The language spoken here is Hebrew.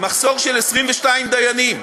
מחסור של 22 דיינים.